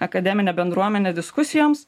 akademinę bendruomenę diskusijoms